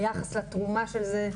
ביחס לתרומה של זה,